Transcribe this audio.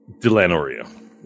Delanoria